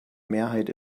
mehrheit